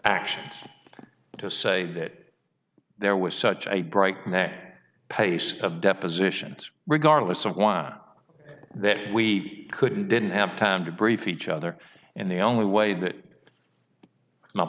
actions to say that there was such a bright net pace of depositions regardless of one that we couldn't didn't have time to brief each other and the only way that my